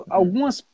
algumas